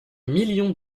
millions